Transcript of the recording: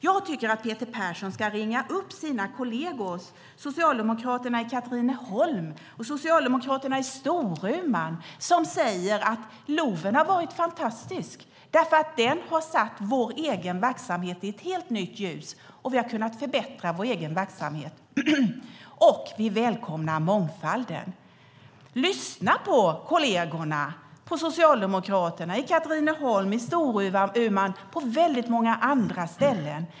Jag tycker att Peter Persson ska ringa upp sina kolleger, Socialdemokraterna i Katrineholm och i Storuman, som säger: LOV har varit fantastisk därför att den har satt vår egen verksamhet i ett helt nytt ljus. Vi har kunnat förbättra vår egen verksamhet, och vi välkomnar mångfalden. Lyssna på kollegerna! Lyssna på Socialdemokraterna i Katrineholm, i Storuman och på väldigt många andra ställen!